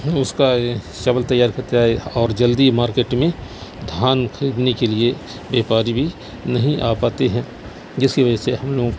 اس کا چاول تیار کرتا ہے اور جلدی مارکیٹ میں دھان خریدنے کے لیے بیوپاری بھی نہیں آ پاتے ہیں جس کی وجہ سے ہم لوگ